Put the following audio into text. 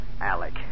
Alec